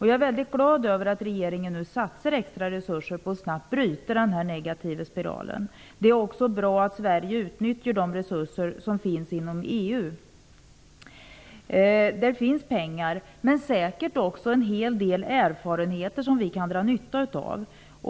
Jag är väldigt glad över att regeringen nu satsar extra resurser för att snabbt bryta den negativa spiralen. Det är också bra att Sverige utnyttjar de resurser som finns inom EU. Där finns pengar, men säkert också en hel del erfarenheter som vi kan dra nytta av.